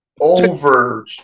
Over